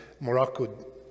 Morocco